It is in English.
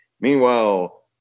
Meanwhile